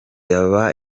yaba